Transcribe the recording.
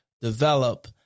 develop